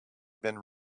been